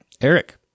Eric